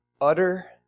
utter